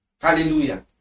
Hallelujah